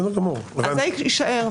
אז זה יישאר.